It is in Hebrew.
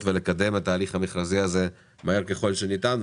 ולקדם את התהליך המכרזי הזה מהר ככל שניתן.